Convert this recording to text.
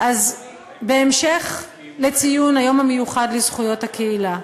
בהמשך לציון היום המיוחד לזכויות הקהילה,